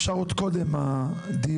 אפשר עוד קודם הדיון,